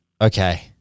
okay –